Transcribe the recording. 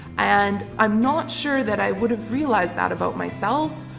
and i'm not sure that i would have realised that about myself,